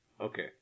Okay